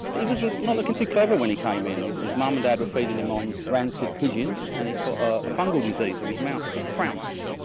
he was not looking too clever when he came in, so his mum and dad were feeding him on rancid pigeons and he caught a fungal disease of his mouth called frounce,